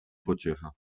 pociecha